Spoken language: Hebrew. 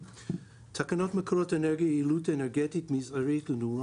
תקנות מקורות אנרגיה (יעילות אנרגטית מזערית לנורה